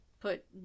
put